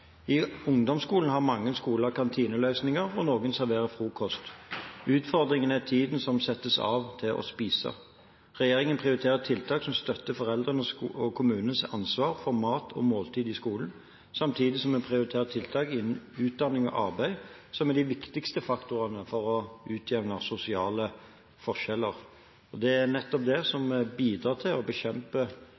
I ungdomsskolen har mange skoler kantineløsninger, og noen serverer frokost. Utfordringen er tiden som settes av til å spise. Regjeringen prioriterer tiltak som støtter foreldrenes og kommunenes ansvar for mat og måltider i skolen, samtidig som vi prioriterer tiltak innen utdanning og arbeid, som er de viktigste faktorene for å utjevne sosiale forskjeller. Det er nettopp det som bidrar til å bekjempe